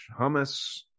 hummus